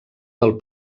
del